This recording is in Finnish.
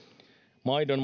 maidon